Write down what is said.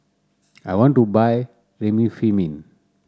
I want to buy Remifemin